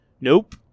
nope